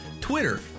Twitter